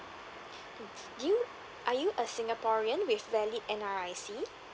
you are you a singaporean with valid N_R_I_C